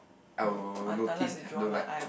I will notice I don't like